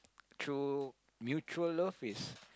through mutual love is